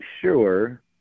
sure